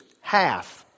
Half